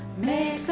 me so